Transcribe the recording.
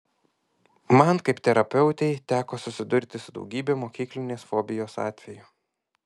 man kaip terapeutei teko susidurti su daugybe mokyklinės fobijos atvejų